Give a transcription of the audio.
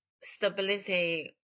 stability